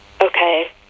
Okay